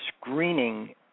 screening